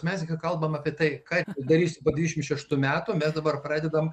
mes kalbame apie tai ką darys po dvidešimt šeštų metų mes dabar pradedame